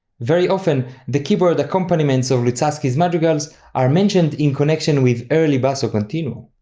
very often, the keyboard accompaniments of luzzaschi's madrigals are mentioned in connection with early basso continuo.